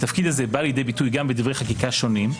התפקיד הזה בא לידי ביטוי גם בדברי חקיקה שונים,